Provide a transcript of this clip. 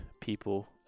people